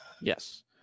Yes